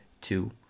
two